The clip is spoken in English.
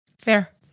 Fair